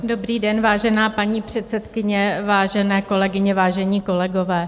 Dobrý den, vážená paní předsedkyně, vážené kolegyně, vážení kolegové.